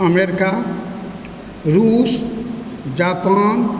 America रुस Japan